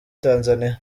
tanzania